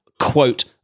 quote